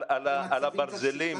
על הברזלים,